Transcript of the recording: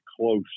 close